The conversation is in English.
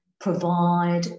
provide